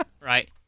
Right